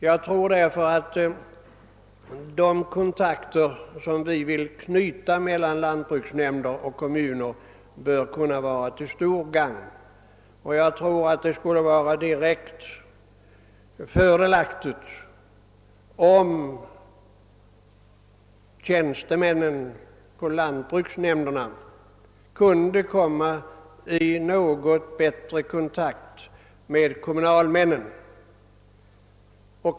Jag tror därför att de kontakter som vi vill upprätta mellan lantbruksnämnder och kommuner bör kunna vara till stort gagn, och jag tror att det skulle vara direkt fördelaktigt om lantbruksnämndernas tjänstemän kunde komma i något bättre kontakt med kommunalmännen.